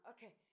Okay